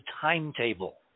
timetable